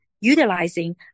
utilizing